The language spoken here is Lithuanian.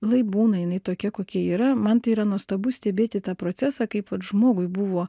lai būna jinai tokia kokia yra man tai yra nuostabu stebėti tą procesą kaip vat žmogui buvo